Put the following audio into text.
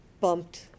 bumped